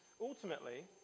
ultimately